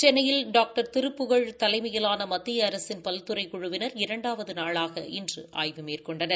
சென்னையில் டாக்டர் திருப்புகழ் தலைமையிலான மத்திய அரசின் பல்துறை குழுவினர் இரண்டாவது நாளாக இன்று சென்னையில் ஆய்வு மேற்கொண்டனர்